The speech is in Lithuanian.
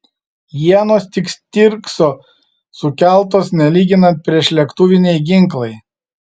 ienos tik stirkso sukeltos nelyginant priešlėktuviniai ginklai